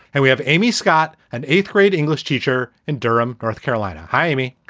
and we have amy scott, an eighth grade english teacher in durham, north carolina. hi, amy.